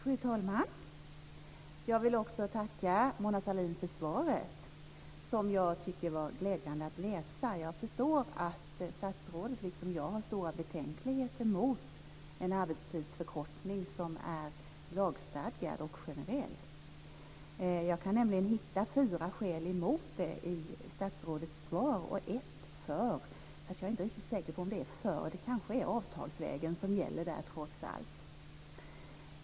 Fru talman! Jag vill tacka Mona Sahlin för svaret. Jag tycker att det var glädjande att läsa det. Jag förstår att statsrådet liksom jag har stora betänkligheter mot en arbetstidsförkortning som är lagstadgad och generell. Jag kan nämligen hitta fyra skäl emot det i statsrådets svar och ett för, fast jag är inte riktigt säker på att det heller är för. Det kanske är avtalsvägen som gäller där trots allt.